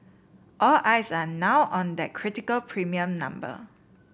all eyes are now on that critical premium number